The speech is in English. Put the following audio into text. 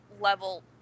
level